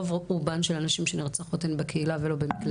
רוב רובן של הנשים שנרצחות הן בקהילה ולא במקלטים.